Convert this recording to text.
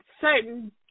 certain